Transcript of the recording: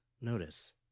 notice